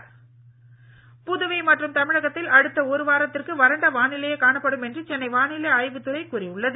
வானிலை புதுவை மற்றும் தமிழகத்தில் அடுத்த ஒரு வாரத்திற்கு வறண்ட வானிலையே காணப்படும் என சென்னை வானிலை ஆய்வு மையம் கூறி உள்ளது